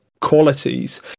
qualities